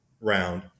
round